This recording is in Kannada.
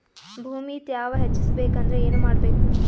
ಭೂಮಿ ತ್ಯಾವ ಹೆಚ್ಚೆಸಬೇಕಂದ್ರ ಏನು ಮಾಡ್ಬೇಕು?